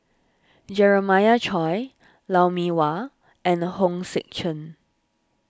Jeremiah Choy Lou Mee Wah and Hong Sek Chern